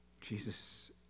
Jesus